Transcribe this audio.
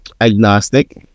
agnostic